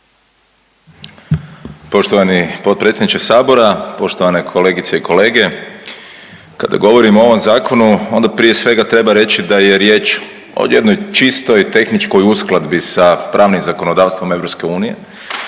Poštovani potpredsjedniče Sabora, poštovane kolegice i kolege. Kada govorimo o ovom Zakonu, onda prije svega, treba reći da je riječ o jednoj čistoj tehničkoj uskladbi sa pravnom zakonodavstvom EU,